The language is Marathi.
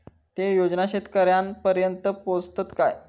ते योजना शेतकऱ्यानपर्यंत पोचतत काय?